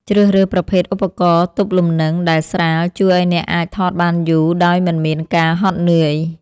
ជ្រើសរើសប្រភេទឧបករណ៍ទប់លំនឹងដែលស្រាលជួយឱ្យអ្នកអាចថតបានយូរដោយមិនមានការហត់នឿយ។